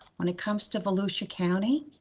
when it comes to volusia county,